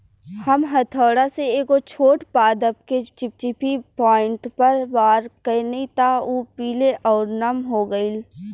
हम हथौड़ा से एगो छोट पादप के चिपचिपी पॉइंट पर वार कैनी त उ पीले आउर नम हो गईल